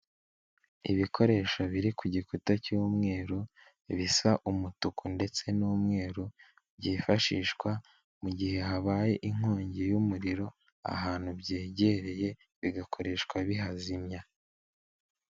Ibikoresho biri ku gikuta cy'umweru bisa umutuku ndetse n'umweru byifashishwa mu gihe habaye inkongi y'umuriro ahantu byegereye bigakoreshwa bihazimya.